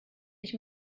ich